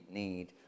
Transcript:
need